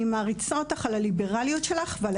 אני מעריצה אותך על הליברליות שלך ועל